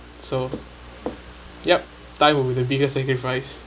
so yup time will be the biggest sacrifice